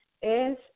es